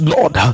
Lord